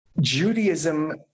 Judaism